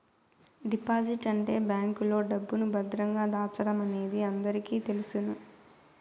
deposit అంటే బ్యాంకులో డబ్బును భద్రంగా దాచడమనేది అందరికీ తెలుసును